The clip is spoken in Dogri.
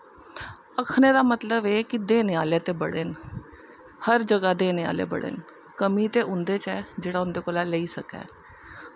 आखनें दा मतलब ऐ कि देने आह्ले ते बड़े न हर जगह देने आह्ले बड़े न कमी ते उं'दे च ऐ जो उं'दे कोला दा लेई सकै